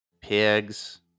Pigs